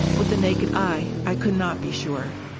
with the naked eye, i could not be sure.